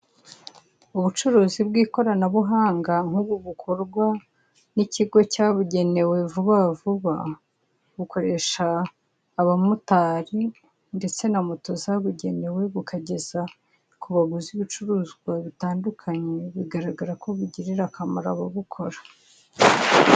Ubucuruzi bw'ikoranabuhanga nk'ubu bukorwa n'ikigo cyabugenewe vubavuba, bukoresha abamotari ndetse na moto zabugenewe bukageza ku baguzi ibicuruzwa bitandukanye bigaragara ko bugirira akamaro ababukora.